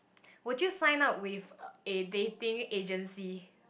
would you sign up with a dating agency